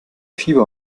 fieber